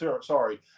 sorry